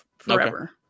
Forever